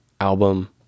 album